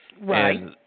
right